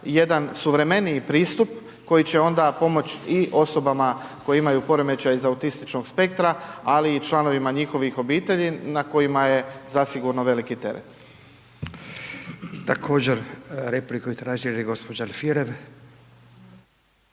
jedan suvremeniji pristup koji će onda pomoć i osobama koje imaju poremećaj iz autističnog spektra, ali i članovima njihovih obitelji na kojima je zasigurno veliki teret. **Radin, Furio (Nezavisni)**